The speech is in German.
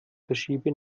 verschiebe